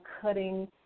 cutting